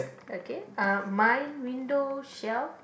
okay uh mine window shelve